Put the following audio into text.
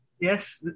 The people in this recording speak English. Yes